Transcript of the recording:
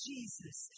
Jesus